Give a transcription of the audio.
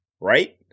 right